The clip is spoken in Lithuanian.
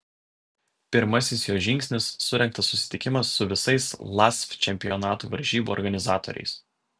pirmasis jo žingsnis surengtas susitikimas su visais lasf čempionatų varžybų organizatoriais